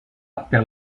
perd